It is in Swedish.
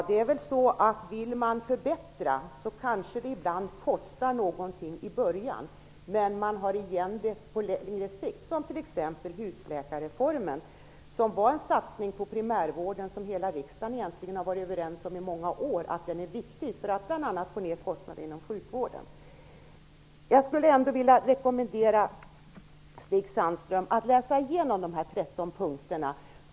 Herr talman! Vill man förbättra kanske det kostar någonting i början. Men man har igen det på längre sikt. Husläkarreformen var t.ex. en satsning på primärvården som hela riksdagen egentligen i många år har varit överens om var viktig för att bl.a. få ned kostnaderna inom sjukvården. Jag skulle ändå vilja rekommendera Stig Sandström att läsa igenom de 13 punkterna.